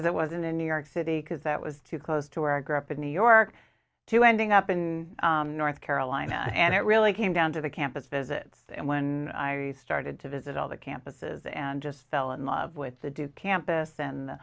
as it wasn't in new york city because that was too close to where i grew up in new york to ending up in north carolina and it really came down to the campus visits and when i started to visit all the campuses and just fell in love with the duke campus in